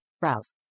Browse